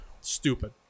stupid